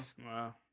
Wow